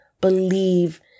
believe